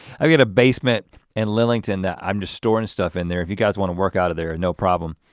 i've got a basement and lillington that i'm just storing stuff in there if you guys want to work out of there and no problem.